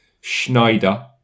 Schneider